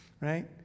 Right